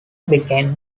began